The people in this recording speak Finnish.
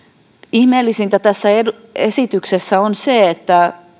ihmeellisintä tässä esityksessä on se että